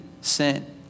sin